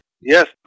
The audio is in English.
Yes